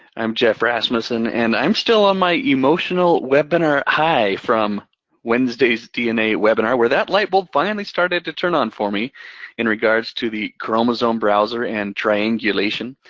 i'm geoff rasmussen, and i'm still on my emotional webinar high from wednesday's dna webinar, where that light bulb finally started to turn on for me in regards to the chromosome browser and triangulation.